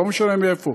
או לא משנה מאיפה,